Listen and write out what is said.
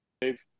Dave